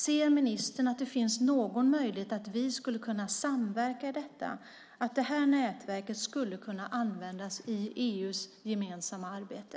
Ser ministern att det finns någon möjlighet att vi skulle kunna samverka i detta och att vårt parlamentariska nätverk skulle kunna användas i EU:s gemensamma arbete?